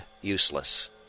useless